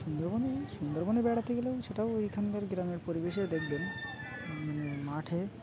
সুন্দরবনে সুন্দরবনে বেড়াতে গেলেও সেটাও ওখানকার গ্রামের পরিবেশে দেখবেন মানে মাঠে